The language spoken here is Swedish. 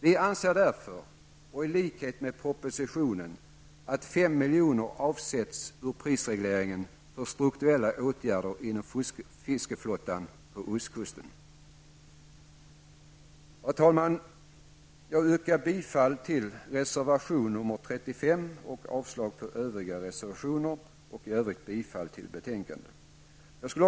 Vi säger därför i likhet med regeringen att 5 miljoner bör avsättas genom prisreglering för strukturella åtgärder inom fiskeflottan på ostkusten. Herr talman! Jag yrkar bifall till reservation 35 och avslag på övriga reservationer samt i övrigt bifall till utskottets hemställan.